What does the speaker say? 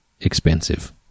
expensive